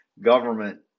government